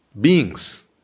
beings